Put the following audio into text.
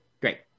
Great